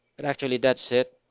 but actually that's it!